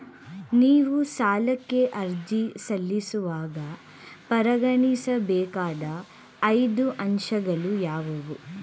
ನೀವು ಸಾಲಕ್ಕೆ ಅರ್ಜಿ ಸಲ್ಲಿಸುವಾಗ ಪರಿಗಣಿಸಬೇಕಾದ ಐದು ಅಂಶಗಳು ಯಾವುವು?